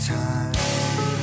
time